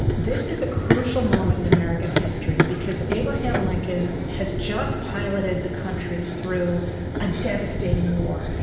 this is a crucial moment in american history because abraham lincoln has just piloted the country through a devastating war.